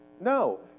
No